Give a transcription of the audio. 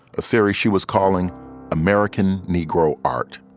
a series she was calling american negro art